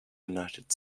united